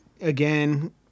again